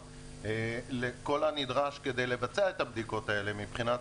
כל הנדרש כדי לבצע את הבדיקות האלה מבחינת